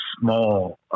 small